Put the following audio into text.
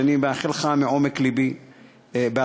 שאני מאחל לך מעומק לבי הצלחה,